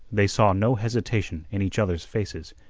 they saw no hesitation in each other's faces,